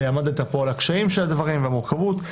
ועמדת פה על הקשיים של הדברים והמורכבות,